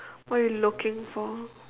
what are you looking for